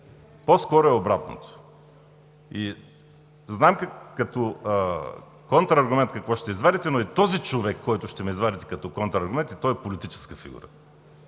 По-скоро е обратното. Знам какво ще извадите, но и този човек, който ще ми извадите като контрааргумент, и той е политическа фигура